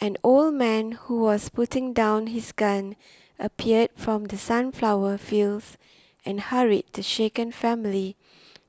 an old man who was putting down his gun appeared from the sunflower fields and hurried the shaken family